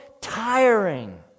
tiring